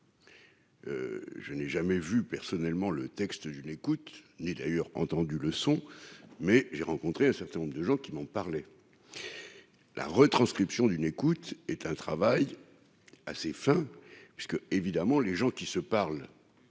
je n'ai jamais vu personnellement le texte, je n'écoute ni d'ailleurs entendu le son, mais j'ai rencontré un certain nombre de gens qui m'en parlé la retranscription d'une écoute est un travail assez fins parce que évidemment les gens qui se parlent